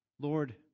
Lord